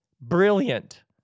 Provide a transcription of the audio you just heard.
Brilliant